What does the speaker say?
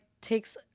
takes